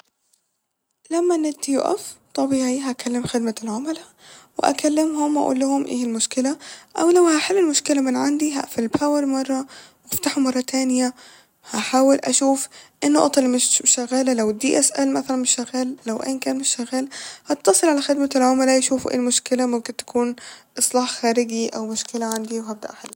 لما النت يقف طبيعي هكلم خدمة العملا ، واكلمهم و اقولهم ايه المشكلة او لو هحل المشكلة من عندي هقفل الباور مرة وأفتحه مرة تانية هحاول اشوف ايه النقط اللي مش شغالة لو الدي اس ال مثلا مش شغال لو ايا كان مش شغال هتصل على خدمة العملا يشوفو ايه المشكلة ممكن تكون اصلاح خارجي او مشكلة عندي و هبدأ احلها